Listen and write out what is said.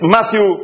Matthew